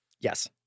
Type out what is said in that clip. Yes